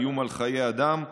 איום על חיי אדם ועוד.